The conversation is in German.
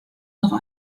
noch